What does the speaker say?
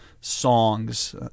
songs